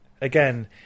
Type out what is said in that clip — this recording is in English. again